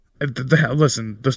listen